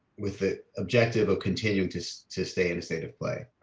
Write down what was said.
with the objective of continuing to so to stay in a state of play.